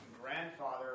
grandfather